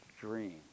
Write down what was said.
dream